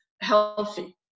healthy